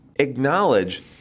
Acknowledge